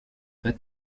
pas